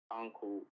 uncle